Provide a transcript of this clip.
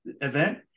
event